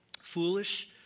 Foolish